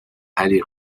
aller